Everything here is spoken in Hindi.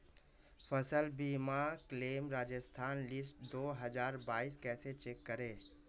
फसल बीमा क्लेम राजस्थान लिस्ट दो हज़ार बाईस कैसे चेक करें?